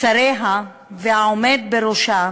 שריה והעומד בראשה